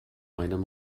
einem